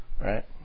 right